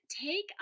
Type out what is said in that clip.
take